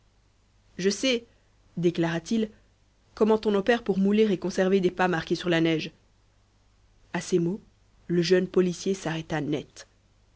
je sais déclara-t-il comment on opère pour mouler et conserver des pas marqués sur la neige à ces mots le jeune policier s'arrêta net